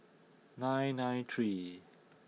nine nine three